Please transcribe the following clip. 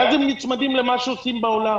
ואז הם נצמדים אל מה שעושים בעולם.